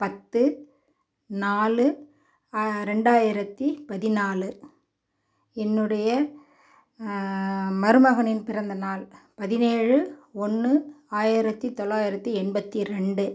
பத்து நாலு ரெண்டாயிரத்து பதினாலு என்னுடைய மருமகனின் பிறந்தநாள் பதினேழு ஒன்று ஆயிரத்து தொள்ளாயிரத்து எண்பத்து ரெண்டு